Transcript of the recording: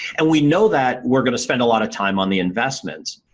and we know that we're going to spend a lot of time on the investments.